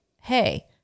hey